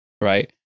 Right